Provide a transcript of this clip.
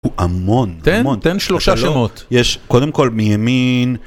הוא המון, המון. תן, תן שלושה שמות. יש, קודם כל, מימין.